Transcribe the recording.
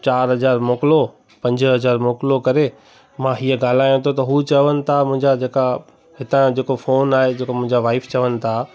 चार हजार मोकिलो पंज हज़ार मोकिलो करे मां हीअ ॻाल्हायां थो त उहे चवनि था मुंहिंजा जेका हितां जो जेको फोन आहे जेका मुंहिंजा वाइफ चवनि था